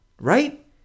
right